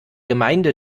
gemeinde